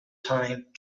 time